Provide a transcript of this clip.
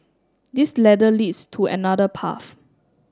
this ladder leads to another path